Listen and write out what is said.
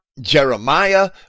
Jeremiah